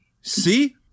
See